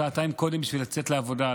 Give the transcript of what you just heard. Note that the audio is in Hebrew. שעתיים קודם כדי לצאת לעבודה,